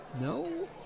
no